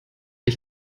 ich